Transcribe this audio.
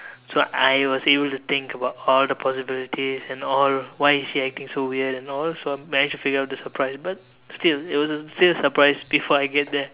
so I was able to think about all the possibilities and all why is she acting so weird and all so I managed to figure out the surprise but still it was still a surprise before I get there